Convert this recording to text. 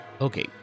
Okay